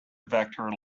vector